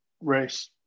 race